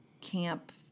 camp